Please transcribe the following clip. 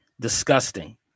Disgusting